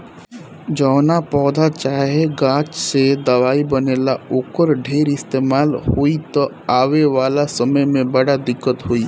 जवना पौधा चाहे गाछ से दवाई बनेला, ओकर ढेर इस्तेमाल होई त आवे वाला समय में बड़ा दिक्कत होई